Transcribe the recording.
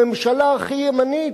הממשלה הכי ימנית,